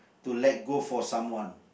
to let go for someone